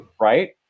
right